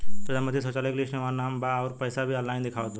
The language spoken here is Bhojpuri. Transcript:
प्रधानमंत्री शौचालय के लिस्ट में हमार नाम बा अउर पैसा भी ऑनलाइन दिखावत बा